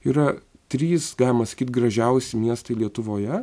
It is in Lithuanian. yra trys galima sakyt gražiausi miestai lietuvoje